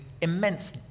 immense